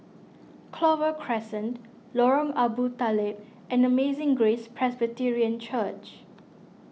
Clover Crescent Lorong Abu Talib and Amazing Grace Presbyterian Church